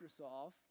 Microsoft